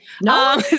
No